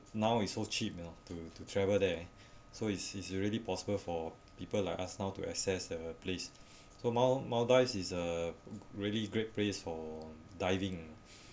now is so cheap you know to to travel there so is is already possible for people like us now to assess the place so mal~ maldives is a really great place for diving